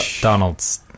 donald's